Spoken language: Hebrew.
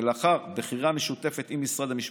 ולאחר בחירה משותפת עם משרד המשפטים,